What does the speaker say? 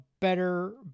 better